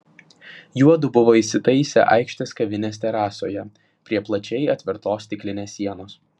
juodu buvo įsitaisę aikštės kavinės terasoje prie plačiai atvertos stiklinės sienos